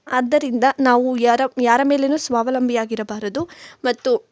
ಆದ್ದರಿಂದ ನಾವು ಯಾರ ಯಾರ ಮೇಲೆಯೂ ಸ್ವಾವಲಂಬಿಯಾಗಿರಬಾರದು ಮತ್ತು